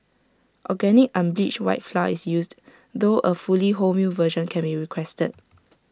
organic unbleached white flour is used though A fully wholemeal version can be requested